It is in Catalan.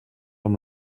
amb